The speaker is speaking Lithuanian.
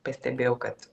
pastebėjau kad